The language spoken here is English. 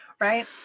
Right